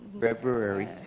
February